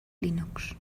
linux